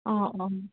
অঁ অঁ